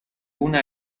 una